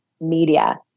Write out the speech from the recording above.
media